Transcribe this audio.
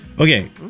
Okay